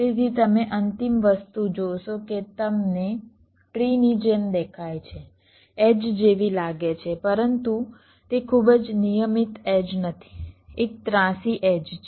તેથી તમે અંતિમ વસ્તુ જોશો જે તમને ટ્રી ની જેમ દેખાય છે એડ્જ જેવી લાગે છે પરંતુ તે ખૂબ જ નિયમિત એડ્જ નથી એક ત્રાંસી એડ્જ છે